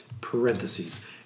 parentheses